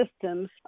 systems